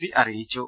P അറിയിച്ചു